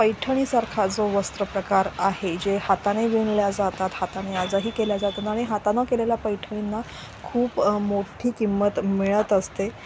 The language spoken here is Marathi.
पैठणीसारखा जो वस्त्र प्रकार आहे जे हाताने विणल्या जातात हाताने आजही केल्या जातात आणि हाताानं केलेल्या पैठणींना खूप मोठी किंमत मिळत असते